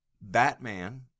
Batman